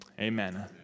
Amen